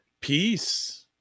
Peace